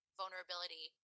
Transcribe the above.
vulnerability